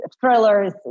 thrillers